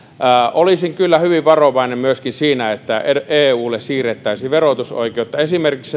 olisin kyllä myöskin hyvin varovainen siinä että eulle siirrettäisiin verotusoikeutta esimerkiksi